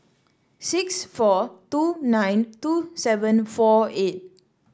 six four two nine two seven four eight